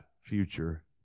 future